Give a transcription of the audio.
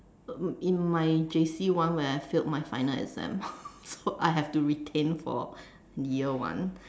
in my J_C one where I failed my final exam so I have to retain for year one